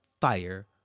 fire